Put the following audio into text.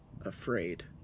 afraid